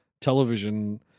television